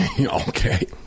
Okay